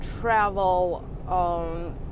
travel